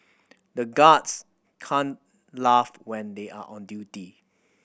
the guards can't laugh when they are on duty